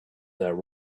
that